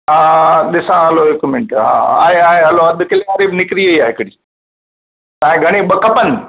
हा ॾिसां हलो हिकु मिंट हा हा आहे आहे हलो अधु किले वारी निकिरी वयी आहे हिकिड़ी तव्हां खे घणी ॿ खपनि